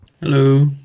Hello